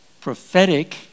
prophetic